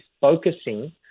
focusing